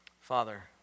father